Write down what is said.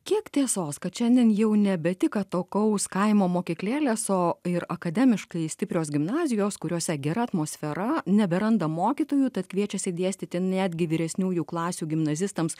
kiek tiesos kad šiandien jau nebe tik atokaus kaimo mokyklėlės o ir akademiškai stiprios gimnazijos kuriose gera atmosfera neberanda mokytojų tad kviečiasi dėstyti netgi vyresniųjų klasių gimnazistams